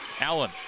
Allen